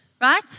right